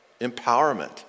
empowerment